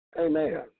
Amen